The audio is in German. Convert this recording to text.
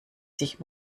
sich